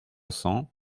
cents